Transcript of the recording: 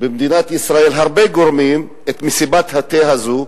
גורמים במדינת ישראל היללו את מסיבת התה הזו,